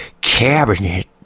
cabinet